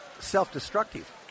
self-destructive